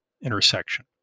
intersection